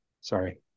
Sorry